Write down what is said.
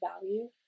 value